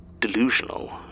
delusional